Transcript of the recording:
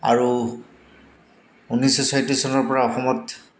আৰু ঊনৈছশ ছয়ত্ৰিছ চনৰ পৰা অসমত